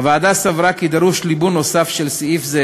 הוועדה סברה כי דרוש ליבון נוסף של סעיף זה